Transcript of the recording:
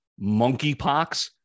monkeypox